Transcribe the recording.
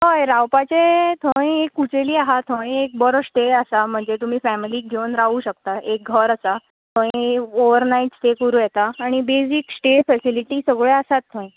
हय रावपाचे थंय एक कुचेली आसा थंय एक बरो स्टे आसा म्हणजे तुमी फेमिलीक घेवं रावूं शकता म्हणजे एक घर आसा थंय ओवर नायट स्टे करूं येता आनी बेजीक स्टे फेसिलीटीस सगळ्यो आसात थंय